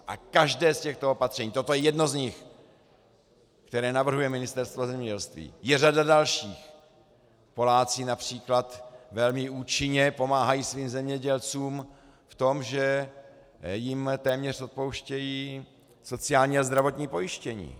A každé z těchto opatření, toto je jedno z nich, které navrhuje Ministerstvo zemědělství, je řada dalších Poláci například velmi účinně pomáhají svým zemědělcům v tom, že jim téměř odpouštějí sociální a zdravotní pojištění.